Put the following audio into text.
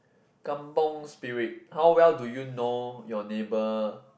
kampung Spirit how well do you know your neighbour